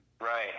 right